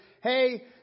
hey